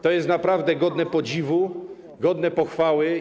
To jest naprawdę godne podziwu, godne pochwały.